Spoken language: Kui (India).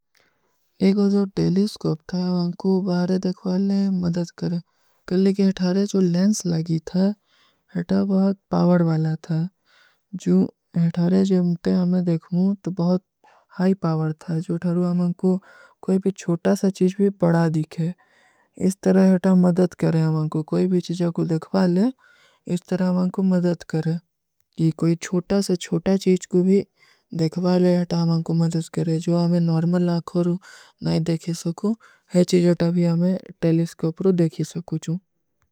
ଏକୋ ଜୋ telescope ଥା, ଆମାଂକୋ ବାହରେ ଦେଖଵାଲେ, ମଦଦ କରେଂ। କ୍ଲିକି ଏଠାରେ ଜୋ ଲେଂସ ଲଗୀ ଥା, ଏଟା ବହୁତ ପାଵର ଵାଲା ଥା। ଜୋ ଏଠାରେ ଜୋ ମୁତେଂ ଆମେଂ ଦେଖମୂଂ, ତୋ ବହୁତ ହାଈ ପାଵର ଥା। କ୍ଲିକି ଏଠାରେ ଜୋ ଡେଲୀ ସ୍କପ ଥା, ଆମାଂକୋ ବାହରେ ଦେଖଵାଲେ, ମଦଦ କରେଂ। କ୍ଲିକି ଏଠାରେ ଜୋ ଲେଂସ ଲଗୀ ଥା, ଆମାଂକୋ ବାହରେ ଦେଖମୂଂ, ତୋ ବହୁତ ହାଈ ପାଵର ଵାଲା ଥା। କ୍ଲିକି ଏଠାରେ ଜୋ ଲେଂସ ଲଗୀ ଥା, ଆମାଂକୋ ବାହରେ ଦେଖମୂଂ, ତୋ ବହୁତ ହାଈ ପାଵର ଵାଲା ଥା।